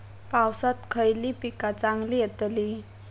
पावसात खयली पीका चांगली येतली?